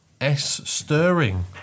S-stirring